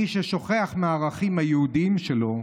מי ששוכח מהערכים היהודיים שלו,